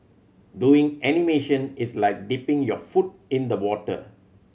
doing animation is like dipping your foot in the water